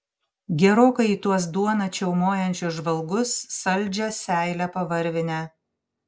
gerokai į tuos duoną čiaumojančius žvalgus saldžią seilę pavarvinę